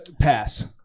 Pass